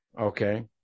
okay